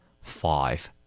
five